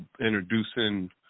introducing